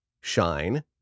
shine